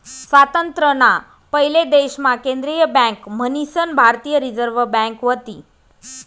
स्वातंत्र्य ना पयले देश मा केंद्रीय बँक मन्हीसन भारतीय रिझर्व बँक व्हती